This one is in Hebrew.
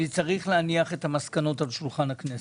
אני צריך להניח את המסקנות על שולחן הכנסת.